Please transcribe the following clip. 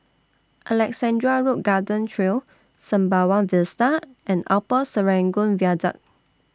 Alexandra Road Garden Trail Sembawang Vista and Upper Serangoon Viaduct